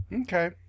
okay